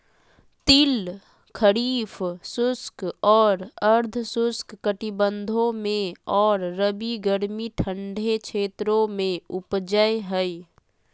तिल खरीफ शुष्क और अर्ध शुष्क कटिबंधों में और रबी गर्मी ठंडे क्षेत्रों में उपजै हइ